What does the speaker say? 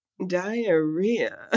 diarrhea